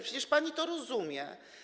Przecież pani to rozumie.